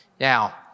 Now